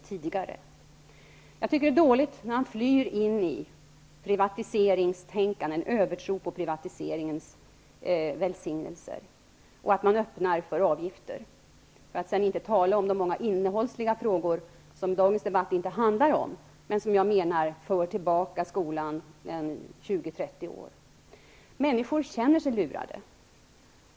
Jag tycker att det är dåligt att fly in i privatiseringstänkande, att hysa en övertro på privatiseringens välsignelser och att öppna för avgifter -- för att inte tala om alla de innehållsliga frågor som dagens debatt inte handlar om men som enligt min mening för tillbaka skolan Människor känner sig lurade.